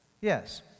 Yes